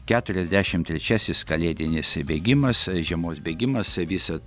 keturiasdešimt trečiasis kalėdinis bėgimas žiemos bėgimas visad